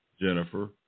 Jennifer